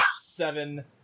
Seven